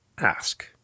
ask